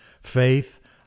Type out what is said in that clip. faith